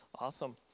Awesome